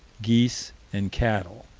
geese, and cattle.